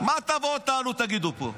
מה תבואו ותגידו פה?